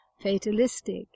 fatalistic